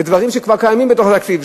ודברים שכבר קיימים בתוך התקציב.